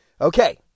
Okay